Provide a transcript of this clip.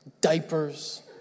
diapers